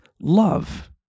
love